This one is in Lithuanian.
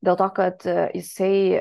dėl to kad jisai